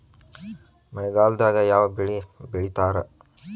ಮಳೆಗಾಲದಾಗ ಯಾವ ಬೆಳಿ ಬೆಳಿತಾರ?